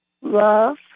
love